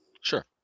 Sure